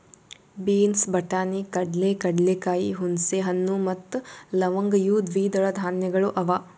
beans, ಬಟಾಣಿ, ಕಡಲೆ, ಕಡಲೆಕಾಯಿ, ಹುಣಸೆ ಹಣ್ಣು ಮತ್ತ ಲವಂಗ್ ಇವು ದ್ವಿದಳ ಧಾನ್ಯಗಳು ಅವಾ